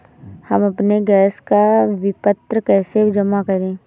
हम अपने गैस का विपत्र कैसे जमा करें?